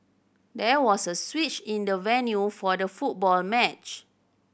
there was a switch in the venue for the football match